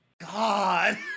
God